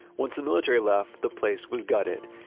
once the military left, the place was gutted.